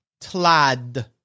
Tlad